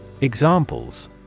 Examples